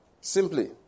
Simply